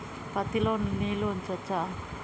పత్తి లో నీళ్లు ఉంచచ్చా?